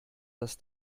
das